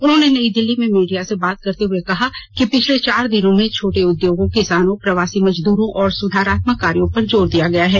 उन्होंने नयी दिल्ली में मीडिया से बात करते हुए कहा कि पिछले चार दिनों में छोटे उद्योगों किसानों प्रवासी मजदूरों और सुधारात्मक कार्यों पर जोर दिया गया है